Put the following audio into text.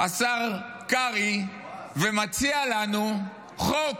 השר קרעי ומציע לנו חוק